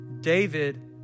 David